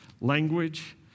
language